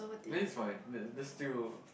is my still